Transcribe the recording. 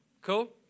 Cool